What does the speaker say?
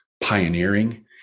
pioneering